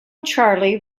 charlie